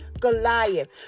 Goliath